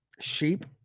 sheep